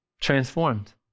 transformed